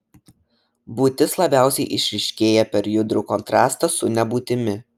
būtis labiausiai išryškėja per judrų kontrastą su nebūtimi